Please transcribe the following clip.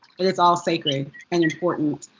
but is all sacred. and important.